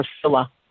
Priscilla